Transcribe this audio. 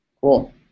Cool